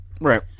Right